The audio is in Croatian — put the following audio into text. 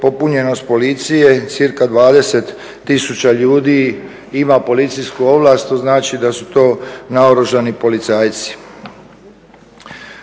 popunjenost policije, cca 20 tisuća ljudi ima policijsku ovlast, to znači da su to naoružani policajci.